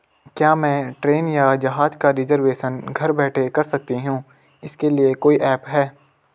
क्या मैं ट्रेन या जहाज़ का रिजर्वेशन घर बैठे कर सकती हूँ इसके लिए कोई ऐप है?